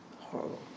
Horrible